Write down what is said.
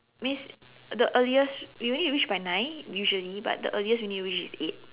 means the earliest we need to reach by nine usually but the earliest we need to reach is eight